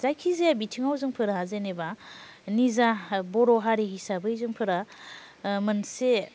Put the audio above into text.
जायखि जाया बिथिङाव जो जेनेबा निजा बर' हारि हिसाबै जो मोनसे